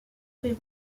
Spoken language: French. fruits